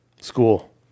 school